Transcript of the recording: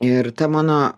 ir ta mano